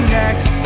next